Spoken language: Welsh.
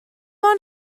ond